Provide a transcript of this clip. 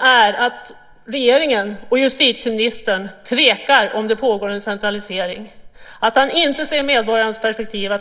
är att regeringen och justitieministern tvekar om huruvida det pågår en centralisering. Han ser inte medborgarens perspektiv.